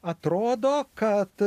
atrodo kad